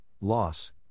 loss